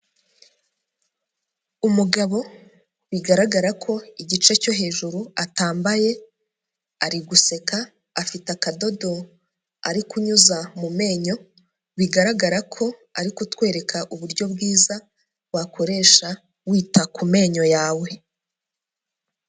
Umugao bigaragara ko igice cyo hejuru atambaye, atambaye ari guseka, afite akadodo ari kunyuza mu menyo bigaragara ko ari kutwereka uburyo bwiza wakoresha wita ku menyo yawe.